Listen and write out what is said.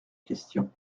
question